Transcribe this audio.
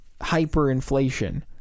hyperinflation